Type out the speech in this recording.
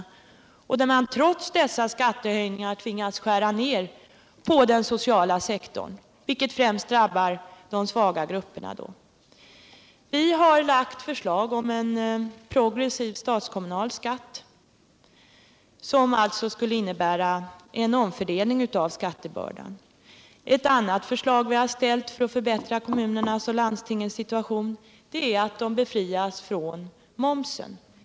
Inte heller kan vi acceptera att man 1.0. m. trots dessa skattehöjningar tvingas skära ned inom den sociala sektorn, vilket främst drabbar de svaga grupperna. Vi har lagt förslag om en progressiv statskommunal skatt, som skulle innebära en omfördelning av skattebördan. Ett annat förslag vi har ställt för att förbättra kommunernas och landstingens situation är att de befrias från moms.